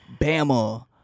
bama